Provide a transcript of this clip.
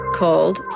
called